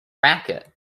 racket